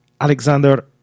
Alexander